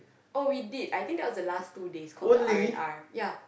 oh we did I think that was the last two days called the R-and-R yeah